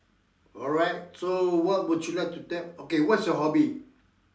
alright so what would you like to okay what's your hobby